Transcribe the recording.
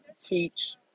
teach